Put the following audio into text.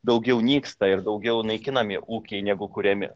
daugiau nyksta ir daugiau naikinami ūkiai negu kuriami